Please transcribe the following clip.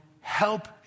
help